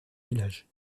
village